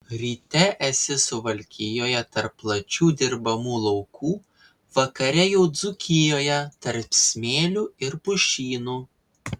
ryte esi suvalkijoje tarp plačių dirbamų laukų vakare jau dzūkijoje tarp smėlių ir pušynų